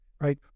right